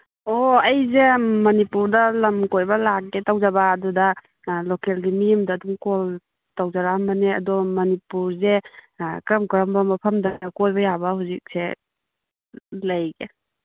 ꯑꯣ ꯑꯩꯁꯦ ꯃꯅꯤꯄꯨꯔꯗ ꯂꯝ ꯀꯣꯏꯕ ꯂꯥꯛꯀꯦ ꯇꯧꯖꯕ ꯑꯗꯨꯗ ꯂꯣꯀꯦꯜꯒꯤ ꯃꯤ ꯑꯃꯗ ꯑꯗꯨꯝ ꯀꯣꯜ ꯇꯧꯖꯔꯛꯑꯝꯕꯅꯦ ꯑꯗꯣ ꯃꯅꯤꯄꯨꯔꯁꯦ ꯀꯔꯝ ꯀꯔꯝꯕ ꯃꯐꯝꯗ ꯀꯣꯏꯕ ꯌꯥꯕ ꯍꯧꯖꯤꯛꯁꯦ ꯂꯩꯒꯦ